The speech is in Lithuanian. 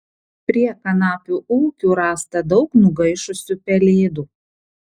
prie kanapių ūkių rasta daug nugaišusių pelėdų